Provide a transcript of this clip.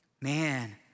man